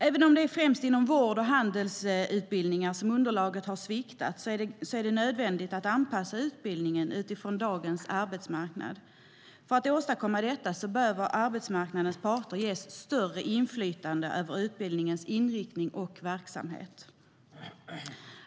Även om det främst är inom vård och handelsutbildningarna som elevunderlaget sviktat är det nödvändigt att anpassa utbildningen utifrån dagens arbetsmarknad. För att åstadkomma detta bör arbetsmarknadens parter ges större inflytande över utbildningens inriktning och verksamhet.